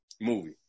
movie